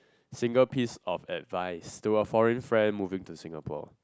single piece of advice to a foreign friend moving to Singapore